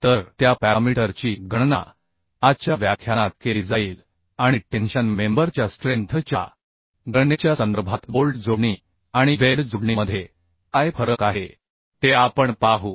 तर त्या पॅरामीटर ची गणना आजच्या व्याख्यानात केली जाईल आणि टेन्शन मेंबर च्या स्ट्रेंथ च्या गणनेच्या संदर्भात बोल्ट जोडणी आणि वेल्ड जोडणीमध्ये काय फरक आहे ते आपण पाहू